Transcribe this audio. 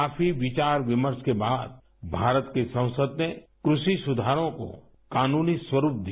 काफी विचार विमर्श के बाद भारत की संसद ने कृषि सुधारों को कानूनी स्वरुप दिया